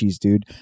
dude